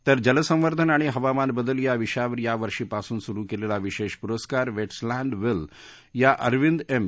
तर जलसंवर्धन आणि हवामान बदल या विषयावर यावर्षीपासून सुरु केलेला विशेष पुस्स्कार वेटलँड्स वेल या अरविंद एम